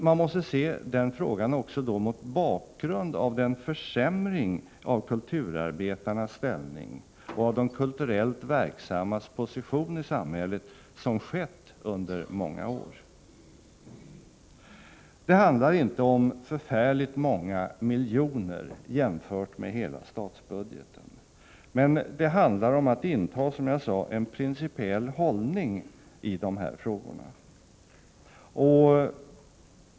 Man måste se den frågan också mot bakgrund av den försämring av kulturarbetarnas ställning och av de kulturellt verksammas position i samhället som skett under många år. Det handlar inte om förfärligt många miljoner jämfört med hela statsbudgeten, men det handlar, som jag sade, om att inta en principiell hållning i de här frågorna.